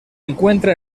encuentra